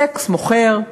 סקס מוכר,